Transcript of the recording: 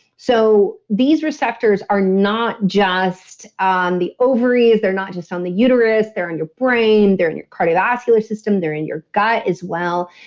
so these receptors are not just on the ovaries. they're not just on the uterus, they're on your brain, they're in your cardiovascular system, they're in your gut as well.